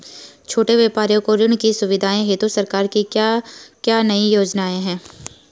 छोटे व्यापारियों को ऋण की सुविधा हेतु सरकार की क्या क्या योजनाएँ हैं?